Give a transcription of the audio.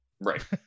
right